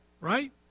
right